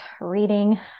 reading